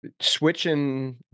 Switching